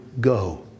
go